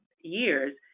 years